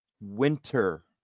Winter